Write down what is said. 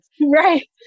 Right